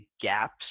gaps